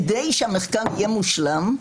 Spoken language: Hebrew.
כדי שהמחקר יהיה מושלם,